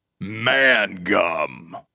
Mangum